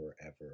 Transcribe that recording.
forever